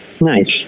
Nice